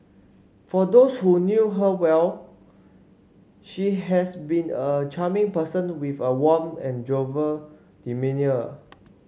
for those who knew her well she has been a charming person with a warm and jovial demeanour